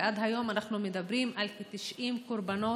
ועד היום אנחנו מדברים על כ-90 קורבנות